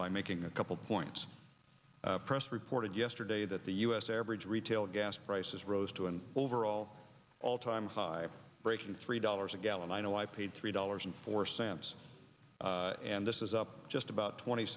by making a couple points press reported yesterday that the u s average retail gas prices rose to an overall all time high breaking three dollars a gallon i know i paid three dollars and four cents and this is up just about twenty